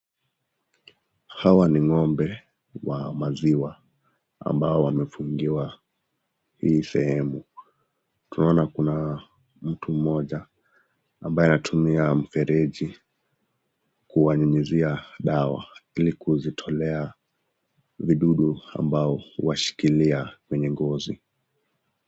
Hawa ni ngombe wa maziwa ambao wamefungiwa hii sehemu. Tunaona Kuna mtu mmoja ambaye atumia mfereji kuwanyunyizia dawa ili kuzitolea vidudu ambao washikilia kwenye ngozi.